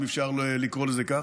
אם אפשר לקרוא לזה כך,